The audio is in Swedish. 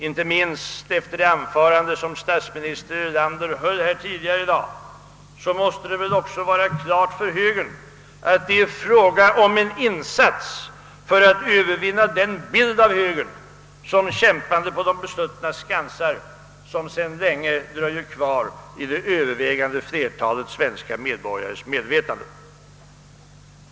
Inte minst efter det anförande som statsministern höll tidigare i dag måste det väl stå klart för högern, att det är fråga om en insats för att utplåna den bild av högern som kämpade på de besuttnas skanser, vilken sedan länge dröjer kvar i det övervägande flertalet svenska medborgares medvetande.